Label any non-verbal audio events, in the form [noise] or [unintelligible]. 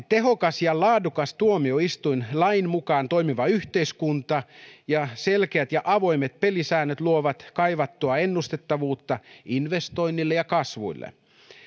[unintelligible] tehokas ja laadukas tuomioistuin lain mukaan toimiva yhteiskunta ja selkeät ja avoimet pelisäännöt luovat kaivattua ennustettavuutta investoinneille ja kasvulle